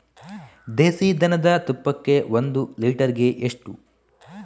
ದೇಸಿ ದನದ ತುಪ್ಪಕ್ಕೆ ಒಂದು ಲೀಟರ್ಗೆ ಎಷ್ಟು?